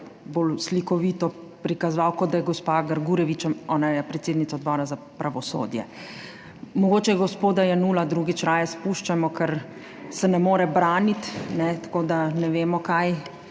bolj slikovito prikazovali, kot da je gospa Grgurevič. Ona je predsednica Odbora za pravosodje. Mogoče gospoda Jenulla drugič raje izpuščajmo, ker se ne more braniti, tako da ne vemo, kaj